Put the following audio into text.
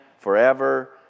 Forever